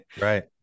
Right